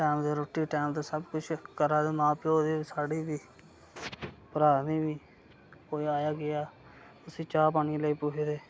time दी रुट्टी time दा सब कुछ करा दे मां प्यौ दी साढ़ी बी भ्राऽ दी बी कोई आया गेआ उसी चाह् पानी लेई पुच्छदे